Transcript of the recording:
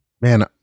Man